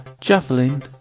javelin